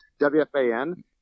wfan